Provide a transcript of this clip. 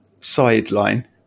sideline